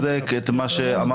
אני רוצה לחזק את מה שאמרתם,